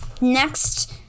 next